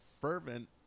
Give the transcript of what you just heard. fervent